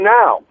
now